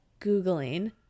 Googling